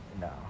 No